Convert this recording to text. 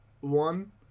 one